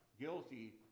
guilty